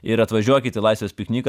ir atvažiuokit į laisvės pikniką